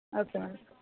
okay madam